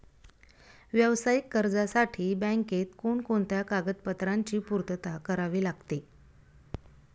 व्यावसायिक कर्जासाठी बँकेत कोणकोणत्या कागदपत्रांची पूर्तता करावी लागते?